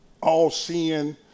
all-seeing